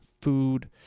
food